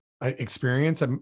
experience